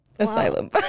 Asylum